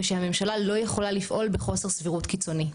ושהממשלה לא יכולה לפעול בחוסר סבירות קיצוני.